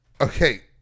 Okay